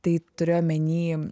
tai turiu omeny